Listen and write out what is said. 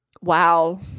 wow